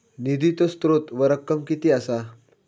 निधीचो स्त्रोत व रक्कम कीती असा?